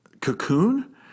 cocoon